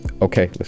Okay